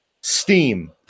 steam